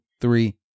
three